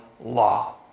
law